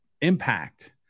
impact